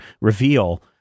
Reveal